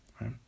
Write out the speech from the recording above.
right